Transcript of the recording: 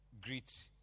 greet